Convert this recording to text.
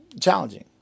Challenging